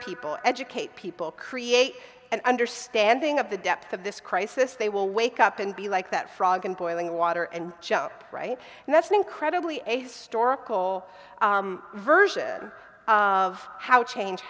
people educate people create an understanding of the depth of this crisis they will wake up and be like that frog in boiling water and jump right and that's an incredibly a store of coal version of how change